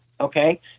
Okay